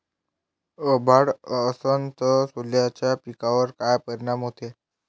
अभाळ असन तं सोल्याच्या पिकावर काय परिनाम व्हते?